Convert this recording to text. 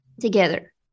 Together